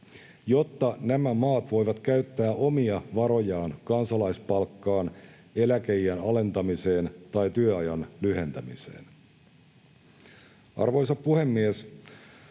jotta nämä maat voivat käyttää omia varojaan kansalaispalkkaan, eläkeiän alentamiseen tai työajan lyhentämiseen. Arvoisa puhemies!